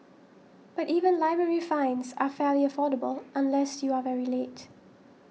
but even library fines are fairly affordable unless you are very late